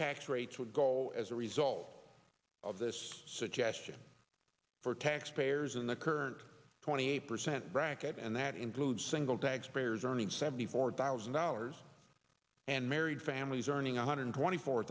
tax rates would go as a result of this suggestion for taxpayers in the current twenty percent bracket and that includes single taxpayers earning seventy four thousand dollars and married families earning one hundred twenty four